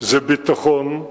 זה ביטחון,